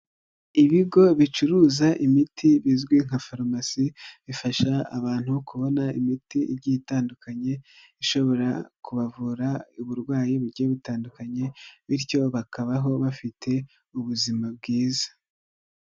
Ibigo bicuruza imiti bizwi nka farumasi, bifasha abantu kubona imiti igiye itandukanye, ishobora kubavura uburwayi bugiye butandukanye, bityo bakabaho bafite ubuzima bwiza.